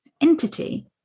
entity